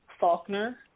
Faulkner